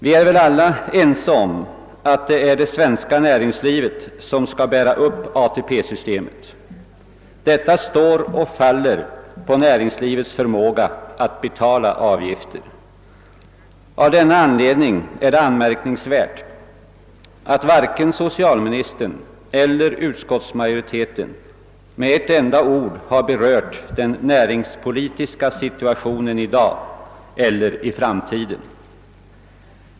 Vi är väl alla ense om att näringslivet skall bära upp ATP-systemet, som står och faller med näringslivets förmåga att betala avgifter. Av denna anledning är det anmärkningsvärt att varken socialministern eller utskottsmajoriteten med ett enda ord har berört den näringspolitiska situationen i dag eller i framtiden.